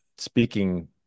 Speaking